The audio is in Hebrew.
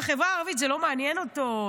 בחברה הערבית זה לא מעניין אותו,